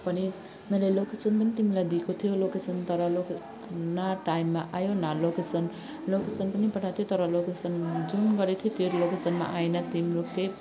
मैले लोकेसन पनि तिमीलाई दिएको थियो लोकेसन तर लोके न टाइममा आयो न लोकेसन लोकेसन पनि पठाएको थियो तर लोकेसन जुन गरेको थियो त्यो लोकेसनमा आएन तिम्रो क्याब